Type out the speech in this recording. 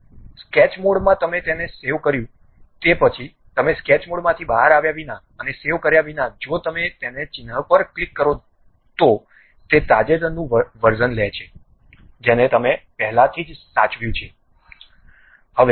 sketch મોડમાં તમે તેને સેવ કર્યુ તે પછી તમે સ્કેચ મોડમાંથી બહાર આવ્યાં વિના અને સેવ કર્યા વિના જો તમે તેને ચિહ્ન પર ક્લિક કરો તો તે તાજેતરનું વર્ઝન લે છે જેને તમે પહેલાથી જ સાચવ્યું છે FL